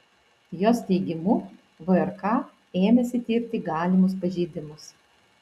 jos teigimu vrk ėmėsi tirti galimus pažeidimus